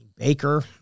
Baker